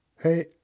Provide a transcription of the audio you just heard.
Hey